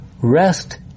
Rest